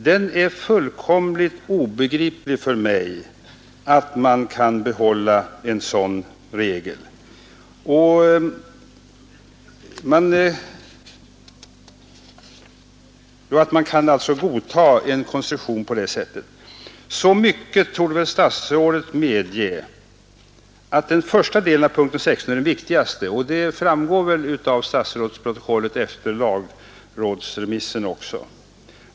Det är fullkomligt obegripligt för mig att man kan behälla en sädan regel och godta en sådan konstruktion. Sä mycket torde statsrådet medge som att den första delen av punkten 16 är den viktigaste, och det framgär väl av statsrädsprotokollet efter lagrädsremissen också.